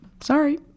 Sorry